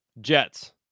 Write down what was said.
Jets